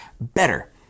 better